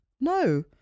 No